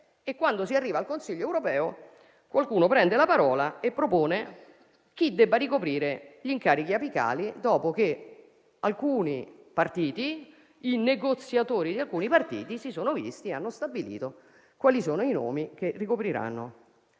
e, quando si arriva al Consiglio europeo, qualcuno prende la parola e propone chi debba ricoprire gli incarichi apicali, dopo che i negoziatori di alcuni partiti si sono visti e hanno stabilito quali nomi ricopriranno